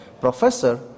professor